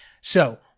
So-